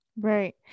Right